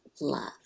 love